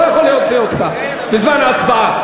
לא יכול להוציא אותך בזמן ההצבעה.